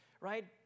right